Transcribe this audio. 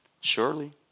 Surely